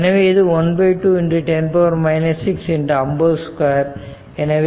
எனவே இது 12×10 6 × 50 2 எனவே இது1